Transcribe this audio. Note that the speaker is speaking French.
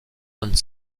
donne